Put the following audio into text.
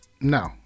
no